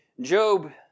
Job